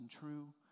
true